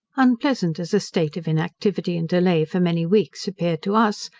unpleasant as a state of inactivity and delay for many weeks appeared to us,